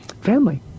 family